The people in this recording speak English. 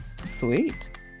Sweet